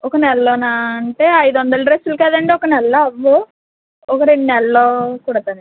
ఒక నెలలోనా అంటే ఐదు వందల డ్రస్సులు కదండి ఒక నెలలో అవ్వవు ఒక రెండు నెలల్లో కుడతానండి